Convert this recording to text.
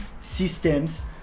systems